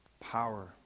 Power